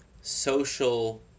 social